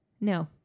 No